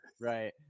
Right